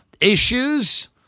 issues